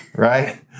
Right